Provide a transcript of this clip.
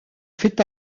fait